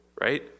Right